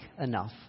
enough